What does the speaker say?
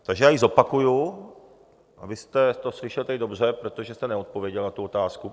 Takže já ji zopakuji, abyste to slyšel tedy dobře, protože jste neodpověděl na tu otázku.